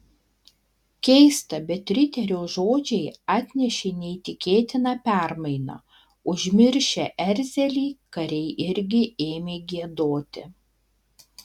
keista bet riterio žodžiai atnešė neįtikėtiną permainą užmiršę erzelį kariai irgi ėmė giedoti